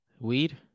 Weed